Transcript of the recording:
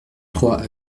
trois